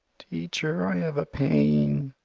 teacher, i have a pain.